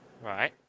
Right